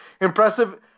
impressive